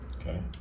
Okay